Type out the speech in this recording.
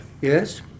Yes